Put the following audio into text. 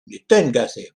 deténgase